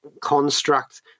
construct